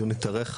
הדיון התארך,